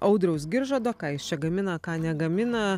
audriaus giržado ką jis čia gamina ką negamina